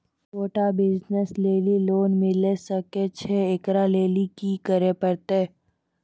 छोटा बिज़नस लेली लोन मिले सकय छै? एकरा लेली की करै परतै